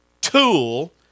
tool